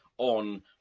on